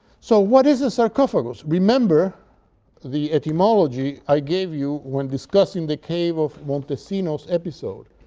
so, what is a sarcophagus? remember the etymology i gave you when discussing the cave of montesinos episode,